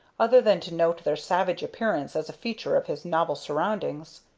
other than to note their savage appearance as a feature of his novel surroundings.